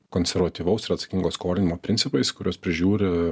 konservatyvaus ir atsakingo skolinimo principais kuriuos prižiūri